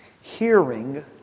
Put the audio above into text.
hearing